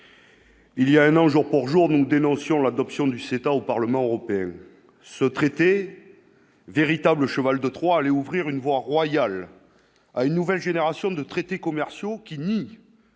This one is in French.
il y a un an jour pour jour, nous dénoncions l'adoption du CETA au Parlement européen, ce traité véritable cheval de Troie allait ouvrir une voie royale à une nouvelle génération de traités commerciaux qui nie